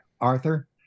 Arthur